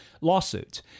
lawsuits